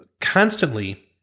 constantly